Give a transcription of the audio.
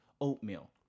oatmeal